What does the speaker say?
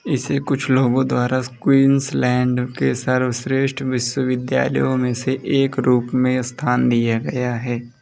इसे कुछ लोगों द्वारा क्वीन्सलैण्ड के सर्वश्रेष्ठ विश्वविद्यालयों में से एक के रूप में स्थान दिया गया है